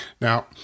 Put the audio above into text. Now